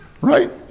Right